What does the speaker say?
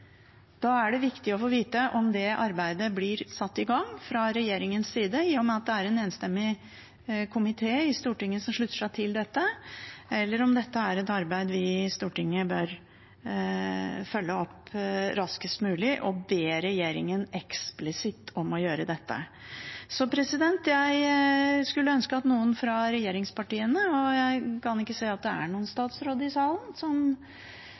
Da er det viktig å få vite om det arbeidet blir satt i gang fra regjeringens side, i og med at det er en enstemmig komité i Stortinget som slutter seg til dette, eller om dette er et arbeid vi i Stortinget bør følge opp raskest mulig og be regjeringen eksplisitt om å gjøre dette. Jeg kan ikke se at det er noen statsråd i salen som eventuelt kan svare på dette. Jeg vet ikke hvorfor det er